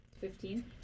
Fifteen